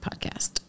podcast